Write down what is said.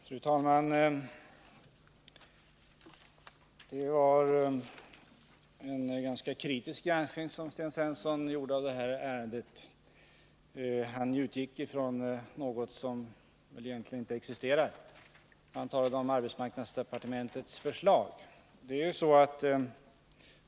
Fru talman! Det var en ganska kritisk granskning Sten Svensson gjorde av det här ärendet. Han utgick från något som egentligen inte existerar — han talade om arbetsmarknadsdepartementets förslag.